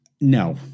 no